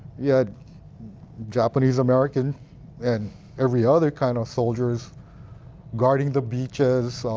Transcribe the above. you had japanese-americans and every other kind of soldiers guarding the beaches,